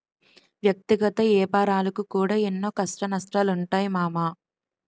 వ్యక్తిగత ఏపారాలకు కూడా ఎన్నో కష్టనష్టాలుంటయ్ మామా